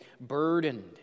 burdened